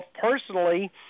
personally –